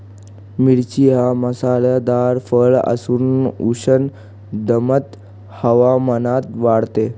मिरची हे मसालेदार फळ असून उष्ण दमट हवामानात वाढते